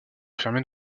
enfermés